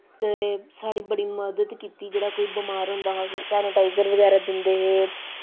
ते साढ़ी बड़ी मदद कीती जेह्ड़ा कोई बमार होंदा हा उसी सानिटाईज़र बगैरा दिंदे हे